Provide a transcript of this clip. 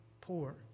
poor